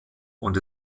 und